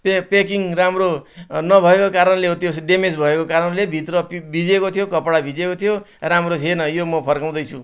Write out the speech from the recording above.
pay packing राम्रो नभएको कारणले हो त्यो ड्यामेज भएको कारणले भित्र भिजेको थियो कपडा भिजेको थियो राम्रो थिएन यो म फर्काउँदैछु